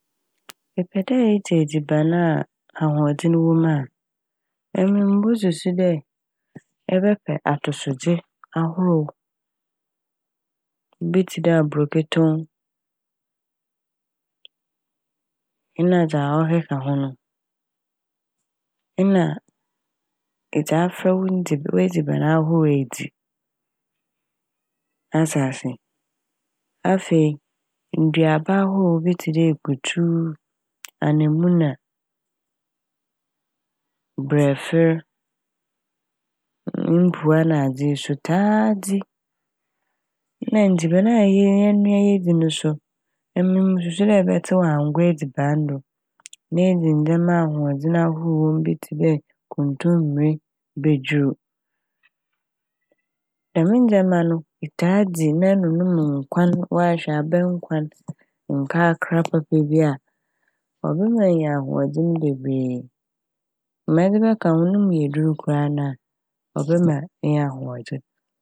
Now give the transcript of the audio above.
Epɛ dɛ edzi edziban a ahoɔdzen wɔ mu a, emi mosusu dɛ ebɛpɛ atosodze ahorow bi tse dɛ aborɔbeton - na dza ɔkeka ho. Nna edze afora wo ndzi- w'edziban ahorow a edzi, atse ase. Afei nduaba ahorow bi tse ekutu, anamuna, brɛfer, mpuwa, nadze yi so taa dzi. Na ndziban a hɛn yɛnoa edzi no yi so emi musussu dɛ ɛbɛtseew angoa edziban do. Na edzi ndɛmba bi a ahoɔdzen ahorow wɔ mu bi tse dɛ kontomire, bedwirow. Dɛm ndzɛma no etaa dzi na enom no mu nkwan. Wahwɛ abɛnkwan, nkakra papa bi a ɔbɛma enya ahoɔdzen bebree. Ma ɛde bɛka ho no mu yedur koraa no a ɔbɛma enya ahoɔdzen.